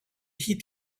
heat